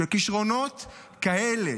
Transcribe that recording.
כשכישרונות כאלה,